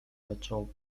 zaczął